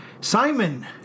Simon